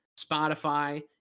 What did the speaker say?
Spotify